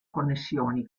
connessioni